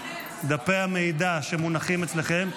דפי המידע שמונחים אצלכם,